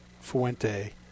Fuente